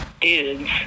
dudes